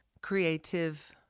creative